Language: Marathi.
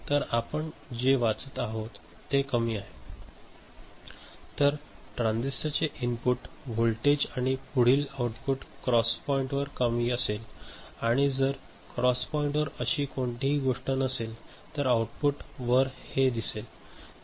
तर आपण येथे जे वाचत आहात ते कमी असेल तर ट्रान्झिस्टरचे इनपुटवर व्होल्टेज आणि पुढील आउटपुट क्रॉस पॉईंटवर कमी असेल आणि जर क्रॉस पॉईंटवर अशी कोणतीही गोष्ट नसेल तर हे आऊटपुट वर हे दिसेल